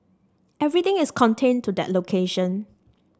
everything is contained to that location